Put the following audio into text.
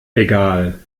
egal